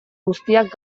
guztiak